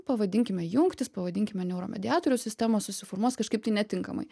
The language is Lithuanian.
pavadinkime jungtys pavadinkime neuro mediatorių sistemos susiformuos kažkaip tai netinkamai